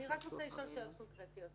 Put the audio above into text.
אני רק רוצה לשאול שאלות קונקרטיות.